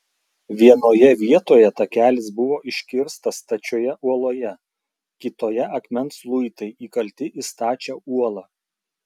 vienoje vietoje takelis buvo iškirstas stačioje uoloje kitoje akmens luitai įkalti į stačią uolą